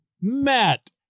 Matt